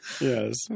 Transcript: Yes